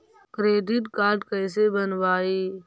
Credit card कैसे बनवाई?